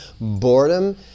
Boredom